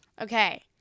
Okay